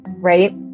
right